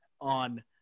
on